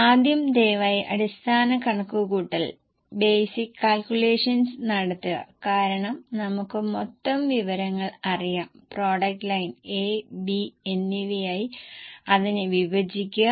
ആദ്യം ദയവായി അടിസ്ഥാന കണക്കുകൂട്ടൽ നടത്തുക കാരണം നമുക്ക് മൊത്തം വിവരങ്ങൾ അറിയാം പ്രോഡക്റ്റ് ലൈൻ A B എന്നിവയായി അതിനെ വിഭജിക്കുക